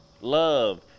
love